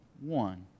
one